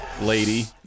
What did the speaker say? lady